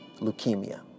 leukemia